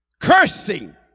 Cursing